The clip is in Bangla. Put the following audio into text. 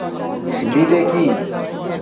বিদে কি?